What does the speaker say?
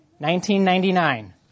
1999